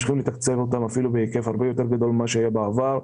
לתקצב אותם ואפילו בהיקף הרבה יותר גדול מכפי שהיה בעבר.